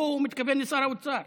אמרת שקיות, הוא מתכוון לשר האוצר.